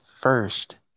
first